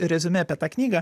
reziumė apie tą knygą